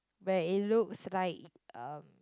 where it looks like um